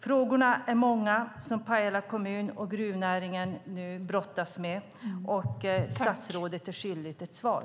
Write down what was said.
Frågorna är många som Pajala kommun och gruvnäringen nu brottas med, och statsrådet är skyldig ett svar.